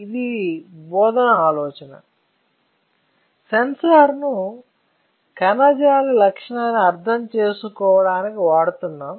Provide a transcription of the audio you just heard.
ఇది బోధన ఆలోచన సెన్సార్ ను కణజాల లక్షణాలని అర్థం చేసుకోవడానికి వాడుతున్నాం